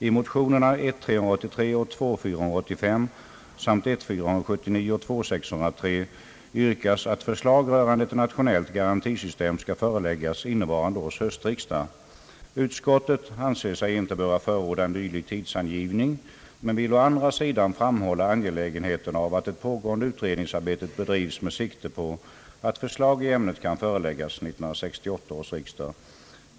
I motionerna I: 383 och II: 485 samt I: 479 och II: 603 yrkas att förslag rörande ett nationellt garantisystem skall föreläggas innevarande års höstriksdag. Utskottet anser sig inte böra förorda en dylik tidsangivning men vill å andra sidan framhålla angelägenheten av att det pågående utredningsarbetet bedrivs med sikte på att förslag i ämnet kan föreläggas 1968 års riksdag.